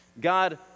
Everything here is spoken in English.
God